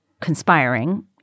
conspiring